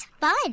fun